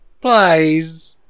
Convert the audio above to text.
Please